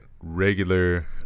regular